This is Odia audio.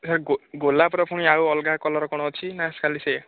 ଗୋଲାପର ଫୁଣି ଆଉ ଅଲଗା କଲର କ'ଣ ଅଛି ନା ଖାଲି ସେଇୟା